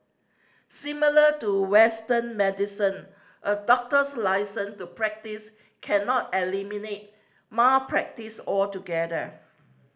similar to Western medicine a doctor's licence to practise cannot eliminate malpractice altogether